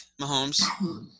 Mahomes